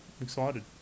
excited